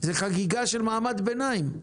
זו חגיגה של מעמד ביניים,